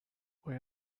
باید